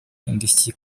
indishyi